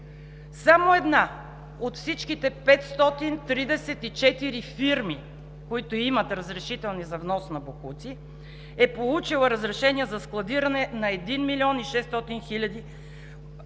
Само една от всичките 534 фирми, които имат разрешителни за внос на боклуци, е получила разрешение за складиране на един милион и 6 тона отпадъци